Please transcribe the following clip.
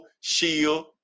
Shield